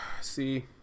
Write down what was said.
See